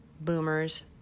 Boomers